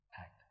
act